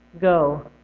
go